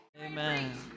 Amen